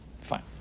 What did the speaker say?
Fine